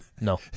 No